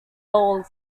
bowl